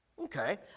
Okay